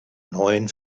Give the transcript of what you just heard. neuen